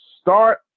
start